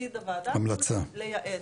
תפקיד הוועדה הוא לייעץ.